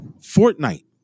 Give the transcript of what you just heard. Fortnite